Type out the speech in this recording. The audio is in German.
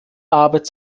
arbeit